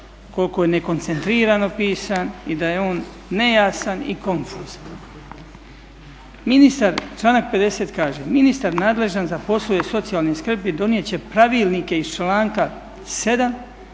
koliko je nekoncentrirano pisan i da je on nejasan i konfuzan. Članak 50. kaže: "Ministar nadležan za poslove socijalne skrbi donijet će pravilnike iz članka 7.,